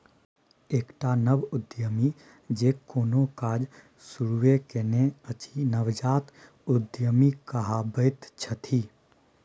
एकटा नव उद्यमी जे कोनो काज शुरूए केने अछि नवजात उद्यमी कहाबैत छथि